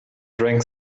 drank